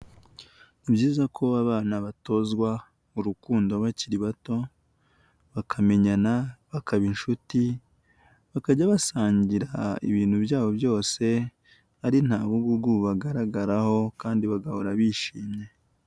Ni byiza ko abana batozwa urukundo bakiri bato, bakamenyana, bakaba inshuti, bakajya basangira ibintu byabo byose, ari nta bugugu bubagaragaraho kandi bagahora bishimye.